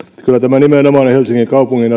kyllä tämä nimenomaan on helsingin kaupungin